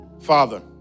Father